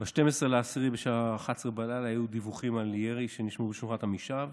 ב-12 באוקטובר בשעה 23:00 היו דיווחים על ירי שנשמע בשכונת עמישב.